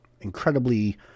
incredibly